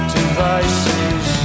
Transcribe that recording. devices